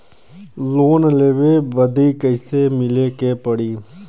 Loan लेवे बदी कैसे मिले के पड़ी?